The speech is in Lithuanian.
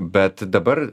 bet dabar